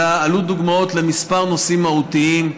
עלו דוגמאות לכמה נושאים מהותיים.